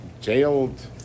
jailed